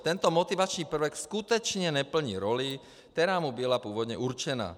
Tento motivační prvek skutečně neplní roli, která mu byla původně určena.